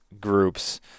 groups